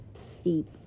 Steep